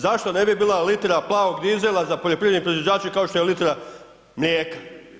Zašto ne bi bila litra plavog dizela za poljoprivredne proizvođače kao što je litra mlijeka?